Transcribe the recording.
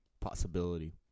possibility